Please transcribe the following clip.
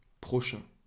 prochain